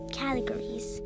categories